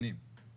שנים, שנים.